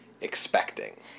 expecting